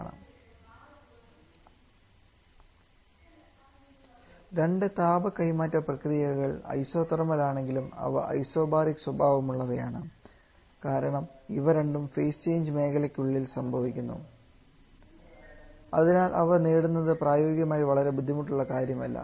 ആണ് രണ്ട് താപ കൈമാറ്റ പ്രക്രിയകൾ ഐസോതെർമൽ ആണെങ്കിലും അവ ഐസോബാറിക് സ്വഭാവമുള്ളവയാണ് കാരണം ഇവ രണ്ടും ഫേസ് ചേഞ്ച് മേഖലയ്ക്കുള്ളിൽ സംഭവിക്കുന്നു അതിനാൽ അവ നേടുന്നത് പ്രായോഗികമായി വളരെ ബുദ്ധിമുട്ടുള്ള കാര്യമല്ല